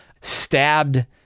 stabbed